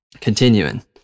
Continuing